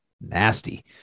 Nasty